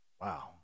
Wow